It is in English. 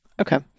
Okay